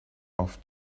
off